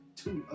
two